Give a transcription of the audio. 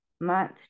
month